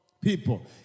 people